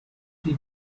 die